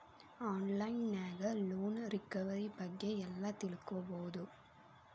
on line ನ್ಯಾಗ loan recovery ಬಗ್ಗೆ ಎಲ್ಲಾ ತಿಳ್ಕೊಬೊದು